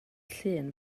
llun